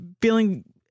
feeling